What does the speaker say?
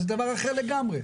זה דבר אחר לגמרי.